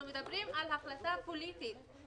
אנחנו מדברים על החלטה פוליטית.